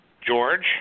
George